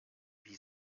wie